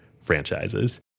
franchises